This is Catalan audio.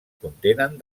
contenen